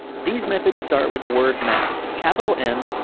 these methods start with the word math, capital m,